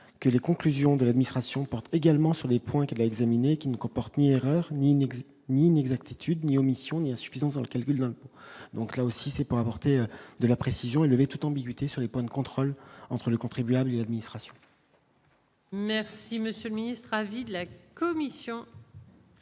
que les conclusions de l'administration porte également sur les points qui l'a examiné, qui ne comporte ni erreur ni ni, ni ni exactitude ni omission ni insuffisances dans le calcul, donc là aussi, c'est pour apporter de la précision et lever toute ambiguïté sur les points de contrôle entre le contribuable e-administration. Merci, monsieur le Ministre, avis de la commission.